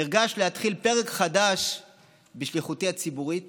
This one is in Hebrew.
נרגש להתחיל פרק חדש בשליחותי הציבורית